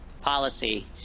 policy